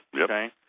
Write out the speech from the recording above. Okay